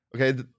Okay